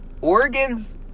Organs